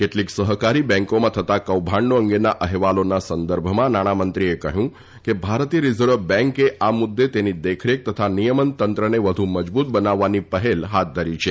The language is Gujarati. કેટલીક સહકારી બેંકોમાં થતા કૌભાંડો અંગેના અહેવાલોના સંદર્ભમાં નાણામંત્રીએ કહ્યું કે ભારતીય રિઝર્વ બેંકે આ મુદ્દે તેની દેખરેખ તથા નિયમન તંત્રને વધુ મજબૂત બનાવવાની પહેલ હાથ ધરી છે